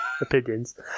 opinions